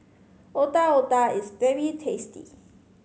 Otak Otak is very tasty